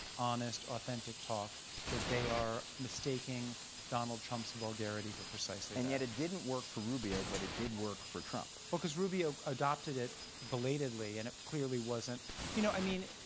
honest, authentic talk that they are mistaking donald trump's vulgarity for precisely that. and yet it didn't work for rubio but it did work for trump. well, because rubio adopted it belatedly and it clearly wasn't you know i mean,